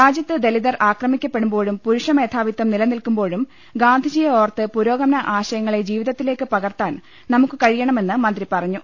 രാജ്യത്ത് ദലിതർ ആക്രമിക്കപ്പെടുമ്പോഴും പുരുഷ മേധാവിത്വം നിലനിൽക്കുമ്പോഴും ഗാന്ധിജിയെ ഓർത്ത് പുരോഗമന ആശയങ്ങളെ ജീവിതത്തിലേക്ക് പകർത്താൻ നമുക്ക് കഴിയണമെന്ന് മന്ത്രി പറഞ്ഞു